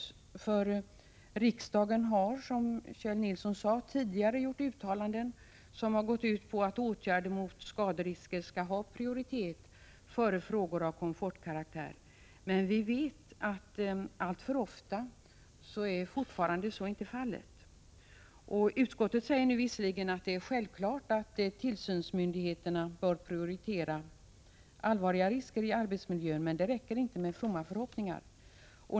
Som Kjell Nilsson sade har ju riksdagen tidigare gjort uttalanden om att åtgärder som är avsedda att eliminera skaderisker skall prioriteras. Frågor av komfortkaraktär får komma i andra hand. Vi vet att fortfarande alltför ofta så inte är fallet. Utskottet säger visserligen att det är självklart att tillsynsmyndigheterna bör prioritera allvarliga risker i arbetsmiljön, men det räcker inte med fromma förhoppningar.